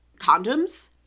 condoms